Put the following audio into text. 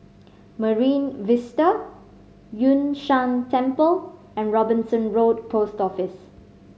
Marine Vista Yun Shan Temple and Robinson Road Post Office